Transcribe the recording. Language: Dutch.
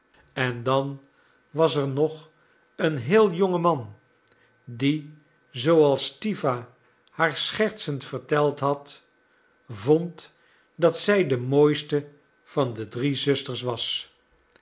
en dan was er nog een heel jonge man die zooals stiwa haar schertsend verteld had vond dat zij de mooiste van de drie zusters was